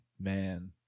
man